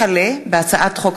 הצעת חוק